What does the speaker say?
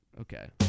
okay